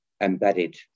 embedded